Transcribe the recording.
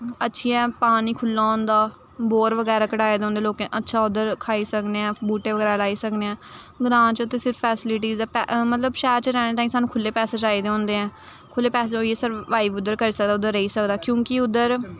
अच्छी ऐ पानी खु'ल्ला होंदा बोर बगैरा कढाए दे होंदे लोकें अच्छा उद्धर खाई सकने आं बूह्टे बगैरा लाई सकने आं ग्रां च सिर्फ फैसलिटीस ऐ मतलब शैह्र च रैह्ने ताईं खु'ल्ले पैसे चाहिदे होंदे ऐ खु'ल्ले पैसे होइयै सर्वाइव उद्धर करी सकदा उद्धर रेही सकदा क्योंकि उद्धर